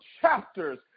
chapters